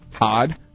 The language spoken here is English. Odd